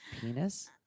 penis